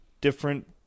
different